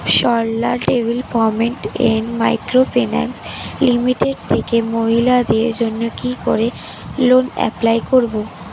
Sarala development and micro finance limited থেকে মহিলাদের জন্য কি করে লোন এপ্লাই করব?